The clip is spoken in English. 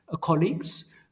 colleagues